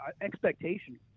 Expectation